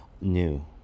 new